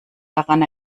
daran